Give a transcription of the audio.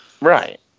Right